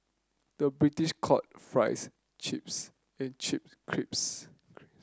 the British call fries chips and chips crips